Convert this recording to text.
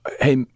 Hey